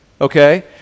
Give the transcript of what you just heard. Okay